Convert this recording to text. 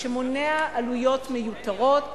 שמונע עלויות מיותרות,